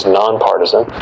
nonpartisan